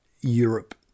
Europe